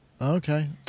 okay